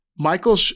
Michael